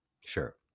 Sure